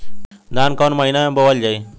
धान कवन महिना में बोवल जाई?